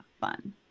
fun